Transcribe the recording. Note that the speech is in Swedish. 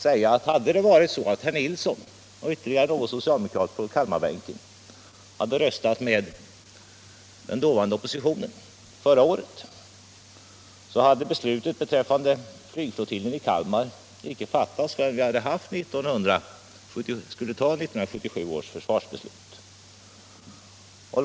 Om herr Nilsson och ytterligare någon socialdemokrat på Kalmarbänken förra året röstat med den dåvarande opositionen hade beslutet beträffande flygflottiljen i Kalmar icke fattats förrän vi skulle ta 1977 års försvarsbeslut.